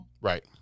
Right